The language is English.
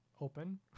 open